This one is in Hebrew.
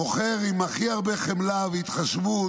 מוכר עם הכי הרבה חמלה והתחשבות,